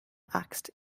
axt